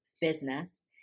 business